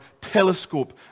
telescope